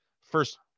First